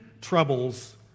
troubles